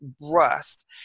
rust